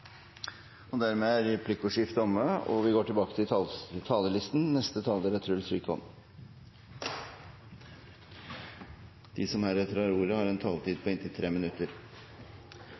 gjøre. Dermed er replikkordskiftet omme. De talere som heretter får ordet, har en taletid på inntil 3 minutter.